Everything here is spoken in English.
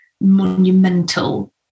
monumental